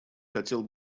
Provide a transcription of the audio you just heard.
хотел